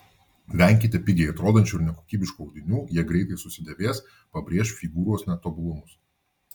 venkite pigiai atrodančių ir nekokybiškų audinių jie greitai susidėvės pabrėš figūros netobulumus